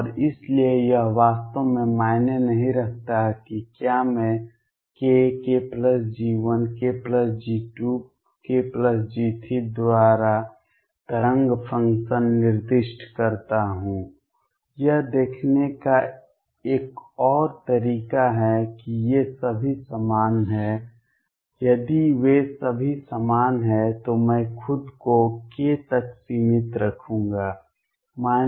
और इसलिए यह वास्तव में मायने नहीं रखता है कि क्या मैं k k G1 k G2 k G3 द्वारा तरंग फ़ंक्शन निर्दिष्ट करता हूं यह देखने का एक और तरीका है कि ये सभी समान हैं यदि वे सभी समान हैं तो मैं खुद को k तक सीमित रखूंगा